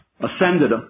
ascended